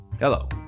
Hello